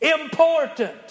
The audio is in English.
Important